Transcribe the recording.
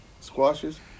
squashes